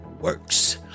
works